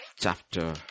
chapter